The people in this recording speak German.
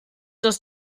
dass